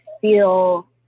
feel